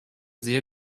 sehr